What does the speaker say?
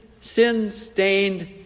sin-stained